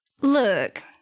look